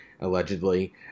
allegedly